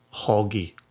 hoggy